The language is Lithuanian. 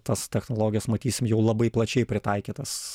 tas technologijas matysim jau labai plačiai pritaikytas